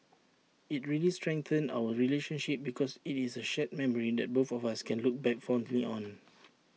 IT really strengthened our relationship because IT is A shared memory that both of us can look back fondly on